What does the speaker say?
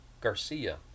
Garcia